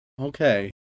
Okay